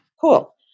Cool